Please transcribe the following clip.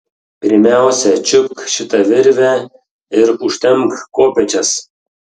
pirmiausia čiupk šitą virvę ir užtempk kopėčias